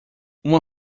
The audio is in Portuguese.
uma